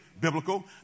biblical